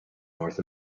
north